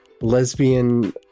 lesbian